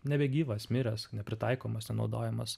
nebegyvas miręs nepritaikomas nenaudojamas